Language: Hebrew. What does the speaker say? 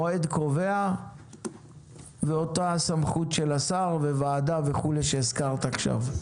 מועד קובע ואותה הסמכות של השר וועדה וכו' שהזכרת עכשיו.